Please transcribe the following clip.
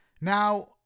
Now